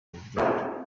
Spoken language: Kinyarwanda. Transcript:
urubyaro